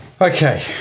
okay